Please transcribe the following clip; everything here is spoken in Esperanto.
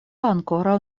ankoraŭ